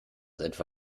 etwa